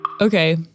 Okay